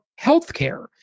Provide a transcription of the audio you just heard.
healthcare